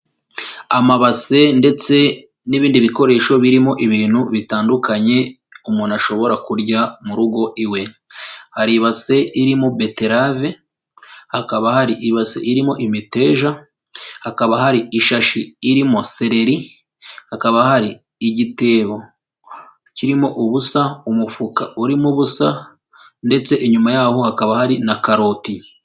Amabase ndetse n'ibindi bikoresho birimo ibintu bitandukanye, umuntu ashobora kurya mu rugo iwe. Hari ibase irimo beterave, hakaba hari ibase irimo imiteja, hakaba hari ishashi irimo sereri, hakaba hari igitebo kirimo ubusa, umufuka urimo ubusa ndetse inyuma yaho hakaba hari na karoti.